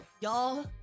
y'all